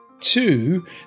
Two